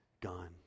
gone